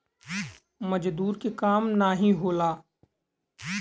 मजदूर के काम नाही होला